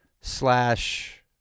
slash